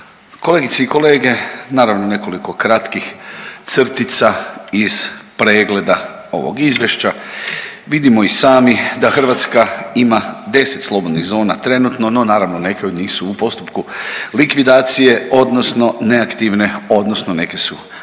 kolegice i kolege. Naravno nekoliko kratkih crtica iz pregleda ovog izvješća. Vidimo i sami da Hrvatska ima 10 slobodnih zona trenutno, no naravno neke od njih su postupku likvidacije odnosno neaktivne odnosno neke su aktivne,